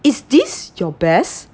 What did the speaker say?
is this your best